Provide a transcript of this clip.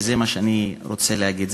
וזה מה שאני רוצה להגיד,